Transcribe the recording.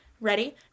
ready